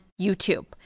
YouTube